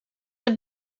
have